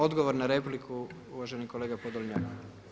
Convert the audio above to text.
Odgovor na repliku, uvaženi kolega Podolnjak.